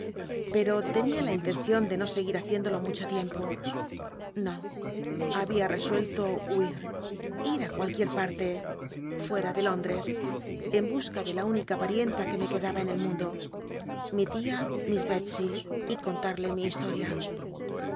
tenia la inlencion de no seguit haciéndolo mucho tiempo no babia resuello huir ir it cualquier parle fuera de lóndtes en busca de la única parienta que me quedaba en el mundo mi tia miss betscy y conlatle mi historia